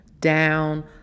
down